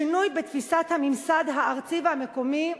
שינוי בתפיסת הממסד הארצי והמקומי,